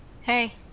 Hey